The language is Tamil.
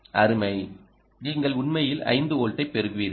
அருமை நீங்கள் உண்மையில் 5 வோல்ட்ஐ பெறுவீர்கள்